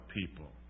people